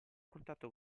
contatto